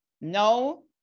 No